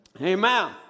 Amen